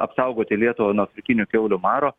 apsaugoti lietuvą nuo afrikinio kiaulių maro